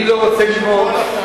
אני לא רוצה ללמוד,